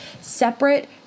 separate